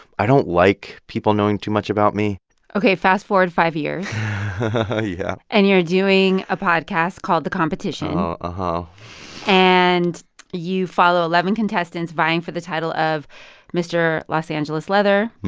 i don't like people knowing too much about me ok. fast-forward five years yeah and you're doing a podcast called the competition. um ah and you follow eleven contestants vying for the title of mr. los angeles leather,